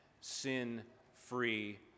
sin-free